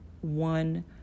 one